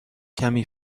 کمی